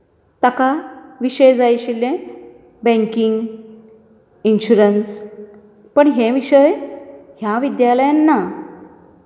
ताका विशय जाय आशिल्ले बँकिंग इन्शुरंन्स पूण हे विशय ह्या विद्यालयात ना